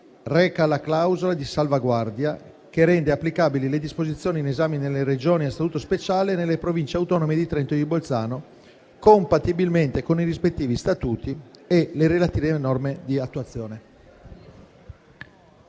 reca la clausola di salvaguardia, che rende applicabili le disposizioni in esame nelle Regioni a Statuto speciale e nelle Province autonome di Trento e di Bolzano, compatibilmente con i rispettivi Statuti e le relative norme di attuazione.